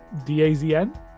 DAZN